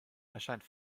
erscheint